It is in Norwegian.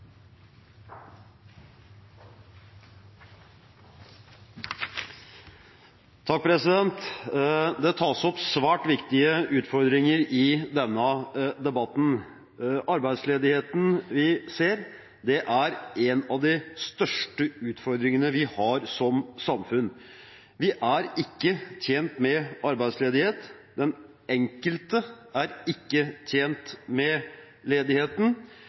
tas opp svært viktige utfordringer i denne debatten. Arbeidsledigheten vi ser, er en av de største utfordringene vi har som samfunn. Vi er ikke tjent med arbeidsledighet, den enkelte er ikke tjent med ledigheten,